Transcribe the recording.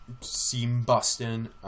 seam-busting